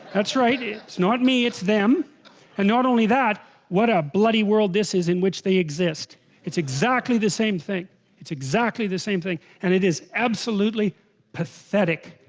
that's right it's not. me it's them and not only that what a bloody world this is in which they? it's it's exactly the same thing it's exactly the same thing and it is absolutely pathetic